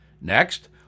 Next